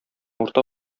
урта